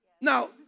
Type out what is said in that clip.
Now